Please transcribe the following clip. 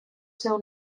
seu